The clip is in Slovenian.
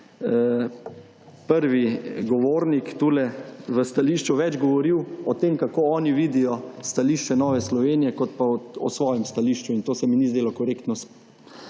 prvi govornik tule v stališču več govoril o tem, kako oni vidijo stališče Nove Slovenije, kot pa o svojem stališču in to se mi ni zdelo korektno s